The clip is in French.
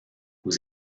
aux